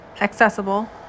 accessible